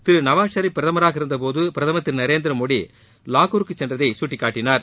திரு நவாஸ் ஷெரீப் பிரதமராக இருந்தபோது பிரதமர் திரு நரேந்திரமோடி லாகூருக்கு சென்றதை சுட்டிக்காட்டினார்